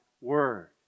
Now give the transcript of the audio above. Word